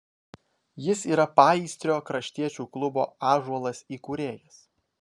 jis yra paįstrio kraštiečių klubo ąžuolas įkūrėjas